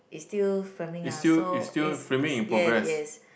is still filming ah so is yes yes